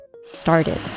started